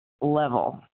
level